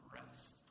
rest